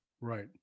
Right